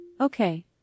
Okay